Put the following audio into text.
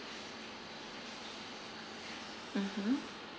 mmhmm